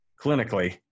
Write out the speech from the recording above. clinically